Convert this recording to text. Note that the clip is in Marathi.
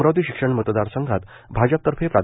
अमरावती शिक्षण मतदार संघात भाजपतर्फे प्रा